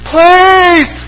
Please